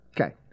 Okay